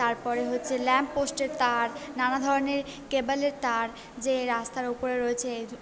তারপরে হচ্ছে ল্যাম্পপোস্টের তার নানা ধরণের কেবেলের তার যে রাস্তার ওপরে রয়েছে